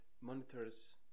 monitors